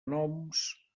noms